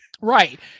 right